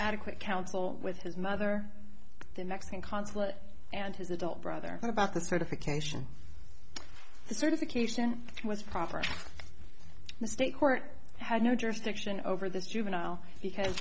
adequate counsel with his mother the next thing consulate and his adult brother about the certification certification was proper the state court had no jurisdiction over this juvenile because